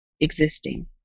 existing